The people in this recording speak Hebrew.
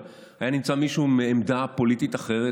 אבל אם היה נמצא מישהו מעמדה פוליטית אחרת,